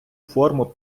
форму